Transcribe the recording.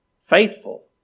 faithful